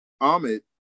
ahmed